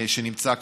שנמצא כאן,